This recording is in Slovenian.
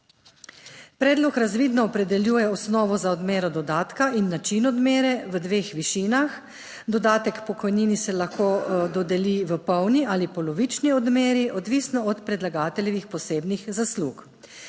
Predlog razvidno opredeljuje osnovo za odmero dodatka in način odmere v dveh višinah. Dodatek k pokojnini se lahko dodeli v polni ali polovični odmeri, odvisno od predlagateljevih posebnih zaslug.